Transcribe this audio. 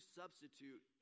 substitute